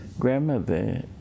Grandmother